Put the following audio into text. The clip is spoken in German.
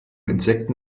insekten